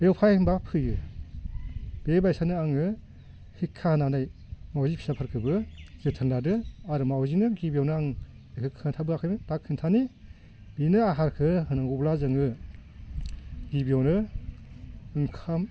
बेयाव फाय होनबा फैयो बे बायसानो आङो हिका होनानै मावजि फिसाफोरखौबो जोथोन लादों आरो मावजिनो गिबियावनो आं बेखौ खिन्थाबोआखैमोन दा खिन्थानि बेनो आहारखौ होनांगौब्ला जोङो गिबियावनो ओंखाम